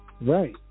Right